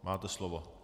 Máte slovo.